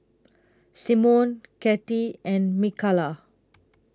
Symone Katy and Mikalah